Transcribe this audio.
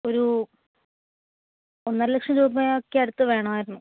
ഒരു ഒന്നര ലക്ഷം രൂപയൊക്കെ അടുത്ത് വേണമായിരുന്നു